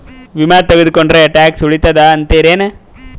ವಿಮಾ ತೊಗೊಂಡ್ರ ಟ್ಯಾಕ್ಸ ಉಳಿತದ ಅಂತಿರೇನು?